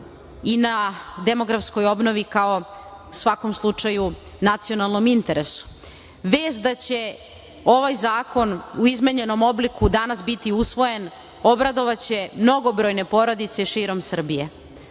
i na demografskoj obnovi kao u svakom slučaju nacionalnom interesu. Vest da će ovaj zakon u izmenjenom obliku danas biti usvojen obradovaće mnogobrojne porodice širom Srbije.